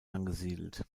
angesiedelt